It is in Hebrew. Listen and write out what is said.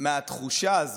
מהתחושה הזו,